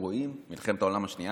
מלחמת העולם השנייה,